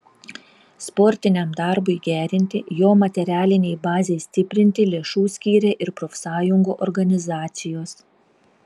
sportiniam darbui gerinti jo materialinei bazei stiprinti lėšų skyrė ir profsąjungų organizacijos